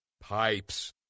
Pipes